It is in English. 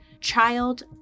Child